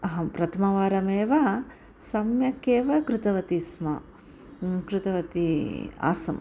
अहं प्रथमवारमेव सम्यकेव कृतवती स्म कृतवती आसं